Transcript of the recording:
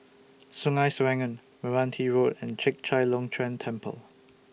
Sungei Serangoon Meranti Road and Chek Chai Long Chuen Temple